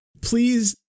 Please